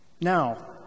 Now